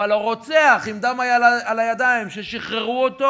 אבל הרוצח עם הדם על הידיים ששחררו אותו